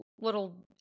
little